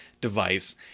device